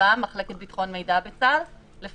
ומחלקת ביטחון מידע בצה"ל, מחב"ם.